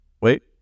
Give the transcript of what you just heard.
Wait